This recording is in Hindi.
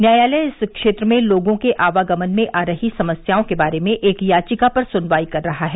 न्यायालय इस क्षेत्र में लोगों के आवागमन में आ रही समस्याओं के बारे में एक याचिका पर सुनवाई कर रहा है